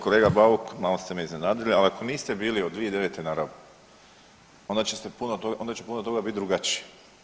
Kolega Bauk, malo ste me iznenadili, al ako niste bili od 2009. na Rabu onda će puno toga bit drugačije.